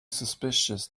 suspicious